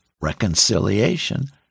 reconciliation